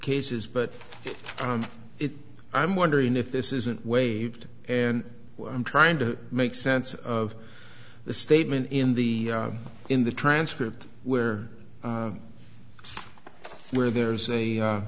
cases but if i'm wondering if this isn't waived and i'm trying to make sense of the statement in the in the transcript where where there's a